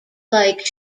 like